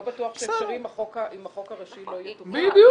לא בטוח שזה אפשרי אם החוק הראשי לא יהיה --- בדיוק,